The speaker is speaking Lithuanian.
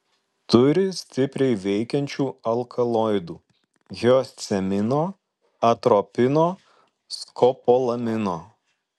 turi stipriai veikiančių alkaloidų hiosciamino atropino skopolamino